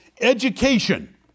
Education